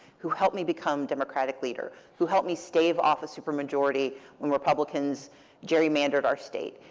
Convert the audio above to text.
who helped me become democratic leader, who helped me stave off a super majority when republicans gerrymandered our state,